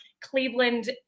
Cleveland